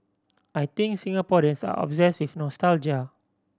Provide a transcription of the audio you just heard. I think Singaporeans are obsessed with nostalgia